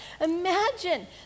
Imagine